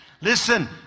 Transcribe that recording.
Listen